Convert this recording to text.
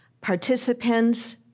participants